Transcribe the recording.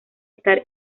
estar